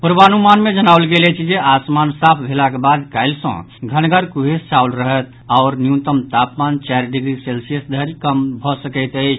पूर्वानुमान मे जनाओल गेल अछि जे आसमान साफ भेलाक बाद काल्हि सँ घनगर कुहेस छाओल रहत आओर न्यूनतम तापमान चारि डिग्री सेल्सियस धरि कम भऽ सकैत अछि